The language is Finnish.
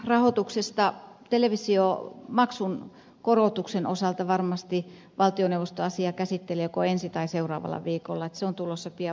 ylen rahoituksesta televisiomaksun korotuksen osalta varmasti valtioneuvosto asiaa käsittelee joko ensi tai sitä seuraavalla viikolla se on tulossa pian valtioneuvoston käsittelyyn